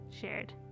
shared